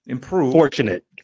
fortunate